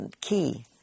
key